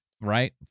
right